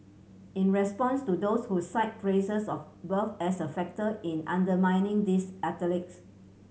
in response to those who cite places of birth as a factor in undermining these athletes